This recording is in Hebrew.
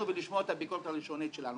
ולשמוע את הביקורת הראשונית שלנו.